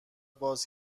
باز